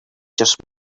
just